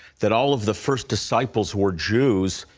that all of the first disciples were jews,